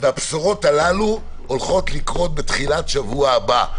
והבשורות הללו הולכות לקרות בתחילת שבוע הבא.